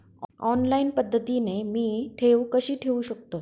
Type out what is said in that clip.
Online पद्धतीने मी ठेव कशी ठेवू शकतो?